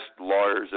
lawyers